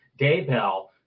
Daybell